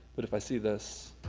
but if i see this,